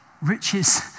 Riches